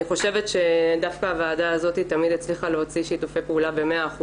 חושבת שדווקא הוועדה הזאת תמיד הצליחה להוציא שיתופי פעולה ב-100%,